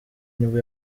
nibwo